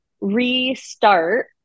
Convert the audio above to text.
restart